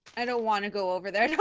i? don't want to go over there.